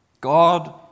God